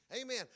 Amen